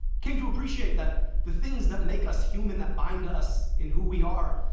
came to appreciate that the things that make us human, that bind us in who we are,